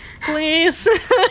Please